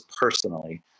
personally